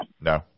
No